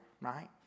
right